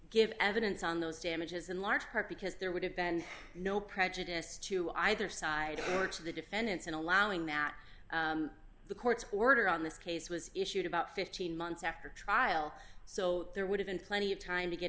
give evidence on those damages in large part because there would have been no prejudice to either side or to the defendants in allowing that the court's order on this case was issued about fifteen months after trial so there would have been plenty of time to get